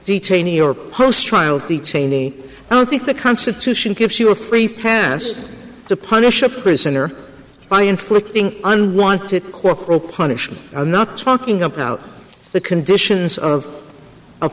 detainee or posts trial detainee i don't think the constitution gives you a free pass to punish a prisoner by inflicting unwanted corporal punishment i'm not talking about the conditions